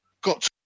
Got